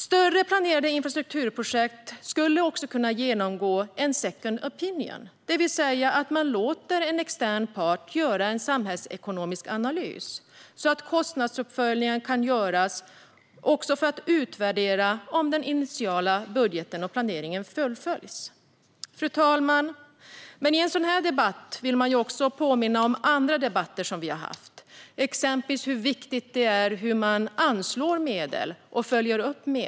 Större planerade infrastrukturprojekt skulle också kunna genomgå en second opinion, det vill säga att man låter en extern part göra en samhällsekonomisk analys så att kostnadsuppföljningar kan göras för att utvärdera om den initiala budgeten och planeringen har följts. Fru talman! I en sådan här debatt vill jag dock också påminna om andra debatter som vi har haft, till exempel om hur viktigt det är hur medel anslås och följs upp.